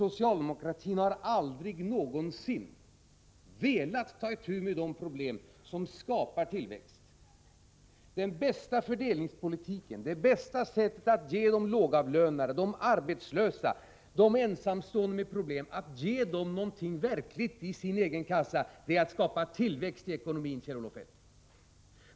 Socialdemokratin har aldrig någonsin velat ta itu med de problem som måste lösas för att skapa tillväxt. Den bästa fördelningspolitiken och det bästa sättet att ge de lågavlönade, de arbetslösa och de ensamstående med problem någonting verkligt i deras egen kassa är att skapa tillväxt i ekonomin, Kjell-Olof Feldt.